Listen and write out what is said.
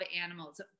animals